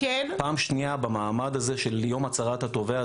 פעם שנייה במעמד הזה של יום הצהרת התובע.